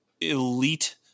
elite